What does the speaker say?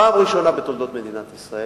פעם ראשונה בתולדות מדינת ישראל,